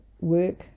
work